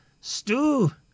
stew